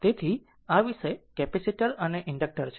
તેથી આ વિષય કેપેસિટર અને ઇન્ડકટર છે